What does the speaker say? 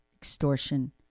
extortion